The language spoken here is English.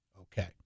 Okay